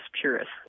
purists